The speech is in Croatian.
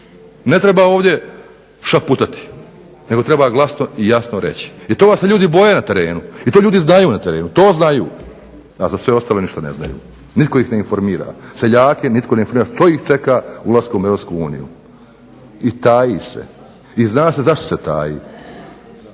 Ne treba ovdje šaputati, nego treba jasno i glasno reći. I toga se ljudi boje na terenu. I to ljudi znaju na terenu, to znaju, a za sve ostalo ništa ne znaju. Nitko ih ne informira. Seljake nitko ne informira što ih čeka ulaskom u EU. I taji se i zna se zašto se taji.